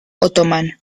otomano